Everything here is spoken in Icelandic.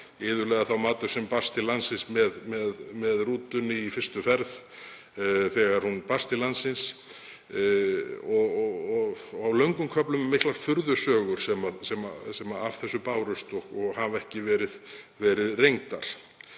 iðulega matur sem barst til landsins með rútunni í fyrstu ferð, þegar hún kom til landsins, og á löngum köflum miklar furðusögur sem af þessu bárust og hafa ekki verið reyndar.